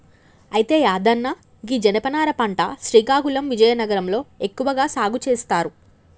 అయితే యాదన్న గీ జనపనార పంట శ్రీకాకుళం విజయనగరం లో ఎక్కువగా సాగు సేస్తారు